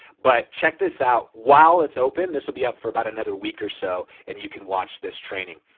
but check this out while it's open. this will be up for about another week or so and you can watch this training.